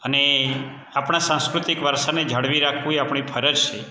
અને આપણાં સાંસ્કૃતિક વારસાને જાળવી રાખવું એ આપણી ફરજ છે